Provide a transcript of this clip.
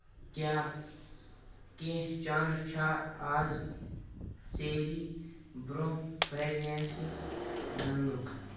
کیٛاہ کیٚنہہ چانس چھا اَز ژیٖری برٛونٛہہ فریٚگرینسز مِلنُک